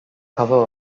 cover